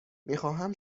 میخواهم